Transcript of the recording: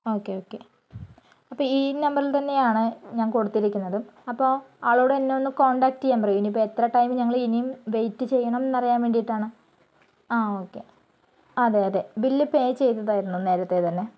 okay okay അപ്പോൾ ഈ നമ്പറിൽ തന്നെയാണ് ഞാൻ കൊടുത്തിരിക്കുന്നതും അപ്പോൾ ആളോട് എന്നെ ഒന്ന് കോൺടാക്ട് ചെയ്യാൻ പറയൂ ഇനിയിപ്പോൾ എത്ര ടൈം ഞങ്ങൾ ഇനിയും വെയിറ്റ് ചെയ്യണം എന്നറിയാൻ വേണ്ടീട്ടാണ് ആ ഓക്കേ അതെ അതെ ബില്ല് പേ ചെയ്തതായിരുന്നു നേരത്തെ തന്നെ